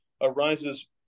arises